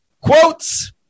quotes